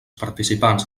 participants